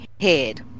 head